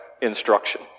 instruction